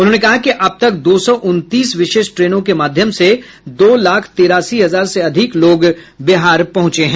उन्होंने कहा कि अब तक दो सौ उनतीस विशेष ट्रेनों के माध्यम से दो लाख तेरासी हजार से अधिक लोग बिहार पहुंचे हैं